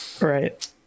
right